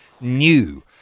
new